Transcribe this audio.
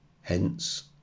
Hence